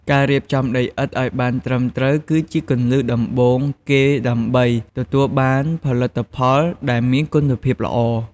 ការរៀបចំដីឥដ្ឋឲ្យបានត្រឹមត្រូវគឺជាគន្លឹះដំបូងគេដើម្បីទទួលបានផលិតផលដែលមានគុណភាពល្អ។